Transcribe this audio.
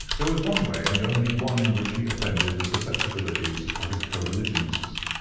there was one way and only one in which he offended the susceptibilities of his co-religionists.